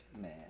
man